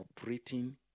operating